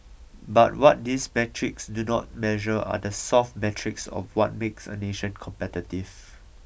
but what these metrics do not measure are the soft metrics of what makes a nation competitive